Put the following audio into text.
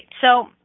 So-